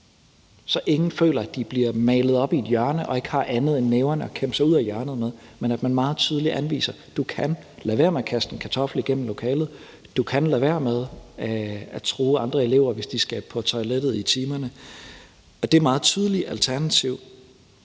så ingen føler, at de bliver malet op i et hjørne og ikke har andet end næverne at kæmpe sig ud af hjørnet med, og at man meget tydeligt anviser: Du kan lade være med at kaste en kartoffel igennem lokale. Du kan lade være med at true andre elever, hvis de skal på toilettet i timerne. Og det meget tydelige alternativ